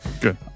Good